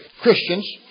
Christians